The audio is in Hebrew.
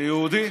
כיהודי